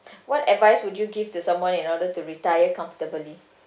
what advice would you give to someone in order to retire comfortably